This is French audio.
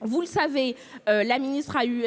Vous le savez, la ministre a eu